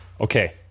okay